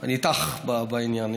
אני איתך בעניין.